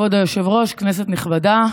זכויות ילדים נפגעי עבירת המתה בדירת